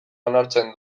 onartzen